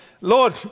Lord